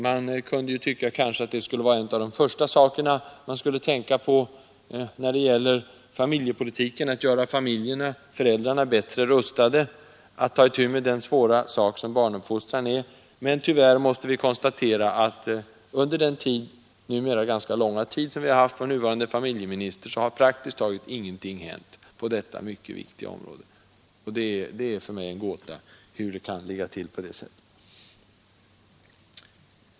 Man kunde tycka att ett av de första målen för familjepolitiken borde vara att göra föräldrarna bättre rustade att ta itu med den svåra uppgift som barnuppfostran är. Tyvärr måste vi konstatera att under den ganska långa tid som vi har haft vår nuvarande familjeminister, har praktiskt taget ingenting hänt på detta mycket viktiga område. Detta är för mig en gåta.